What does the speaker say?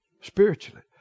spiritually